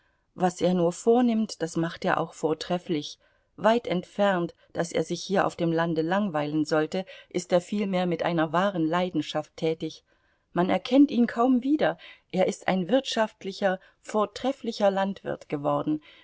was er nur vornimmt das macht er auch vortrefflich weit entfernt daß er sich hier auf dem lande langweilen sollte ist er vielmehr mit einer wahren leidenschaft tätig man erkennt ihn kaum wieder er ist ein wirtschaftlicher vortrefflicher landwirt geworden